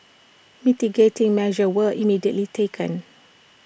mitigating measures were immediately taken